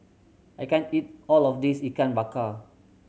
I can't eat all of this Ikan Bakar